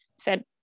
fed